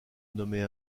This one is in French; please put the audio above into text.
nommait